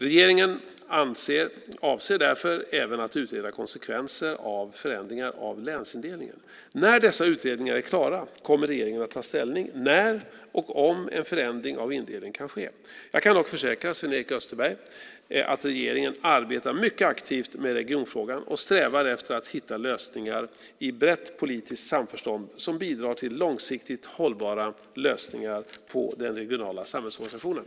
Regeringen avser därför även att utreda konsekvenser av förändringar av länsindelningen. När dessa utredningar är klara kommer regeringen att ta ställning till när, och om, en förändring av indelningen kan ske. Jag kan dock försäkra Sven-Erik Österberg att regeringen arbetar mycket aktivt med regionfrågan och strävar efter att hitta lösningar i brett politiskt samförstånd som bidrar till långsiktigt hållbara lösningar på den regionala samhällsorganisationen.